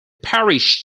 parish